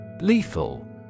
Lethal